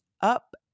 up